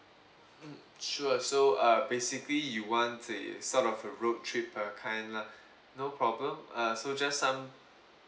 hmm sure so uh basically you want the sort of a road trip uh kind lah no problem uh so just some